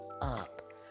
up